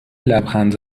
لبخند